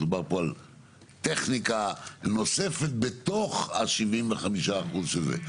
מדובר על טכניקה נוספת בתוך ה-75% של זה.